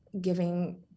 giving